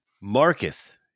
Marcus